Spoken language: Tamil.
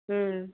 ம்